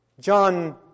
John